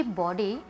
body